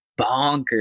bonkers